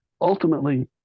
ultimately